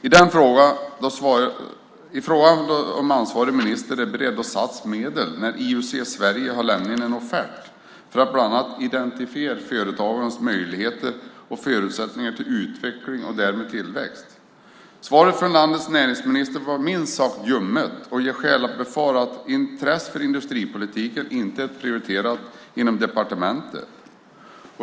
I den frågade jag om ansvarig minister är beredd att satsa medel när IUC Sverige har lämnat in en offert, för att bland annat identifiera företagarnas möjligheter och förutsättningar till utveckling och därmed tillväxt. Svaret från landets näringsminister var minst sagt ljummet och ger skäl att befara att intresset för industripolitiken inte är prioriterat inom departementet.